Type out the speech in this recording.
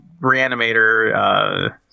Reanimator